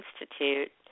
Institute